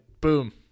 boom